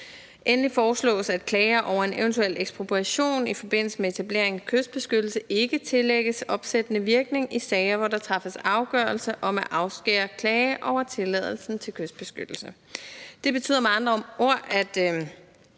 Endelig foreslås, at klager over en eventuel ekspropriation i forbindelse med etablering af kystbeskyttelse ikke tillægges opsættende virkning i sager, hvor der træffes afgørelse om at afskære klage over tilladelsen til kystbeskyttelse. Det betyder med andre ord, at